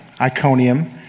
Iconium